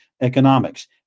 economics